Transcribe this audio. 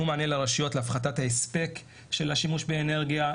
מענה לרשויות להפחתת ההספק של השימוש באנרגיה.